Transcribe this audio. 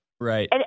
Right